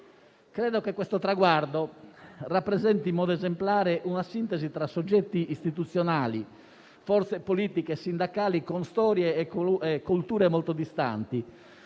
Credo che questo traguardo rappresenti in modo esemplare una sintesi tra soggetti istituzionali, forze politiche e sindacali con storie e culture molto distanti